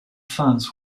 fans